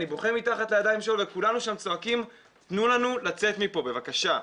אני בוכה מתחת לידיים שלו וכולנו שם צועקים 'תנו לנו לצאת מפה בבקשה'.